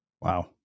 Wow